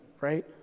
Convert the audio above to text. right